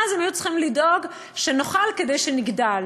אז הם היו צריכים לדאוג שנאכל כדי שנגדל,